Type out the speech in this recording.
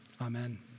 amen